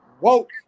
woke